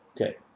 Okay